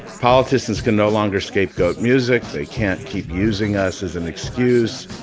politicians can no longer scapegoat music, they can't keep using us as an excuse.